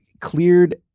cleared